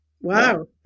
wow